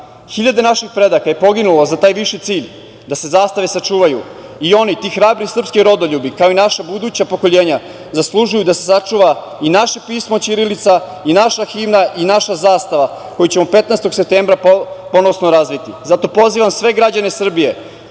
naših predaka je poginulo za taj viši cilj da se zastave sačuvaju i oni, ti hrabri srpski rodoljubi, kao i naša buduća pokolenja, zaslužuju da se sačuva i naše pismo ćirilica i naša himna i naša zastava, koju ćemo 15. septembra ponosno razviti. Zato pozivam sve građane Srbije